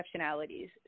exceptionalities